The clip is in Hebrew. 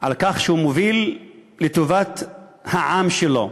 על כך שהוא מוביל לטובת העם שלו.